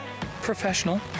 ...professional